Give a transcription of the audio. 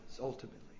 ultimately